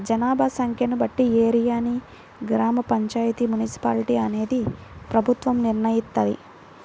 జనాభా సంఖ్యను బట్టి ఏరియాని గ్రామ పంచాయితీ, మున్సిపాలిటీ అనేది ప్రభుత్వం నిర్ణయిత్తది